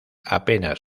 apenas